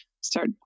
start